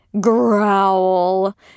Growl